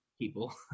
people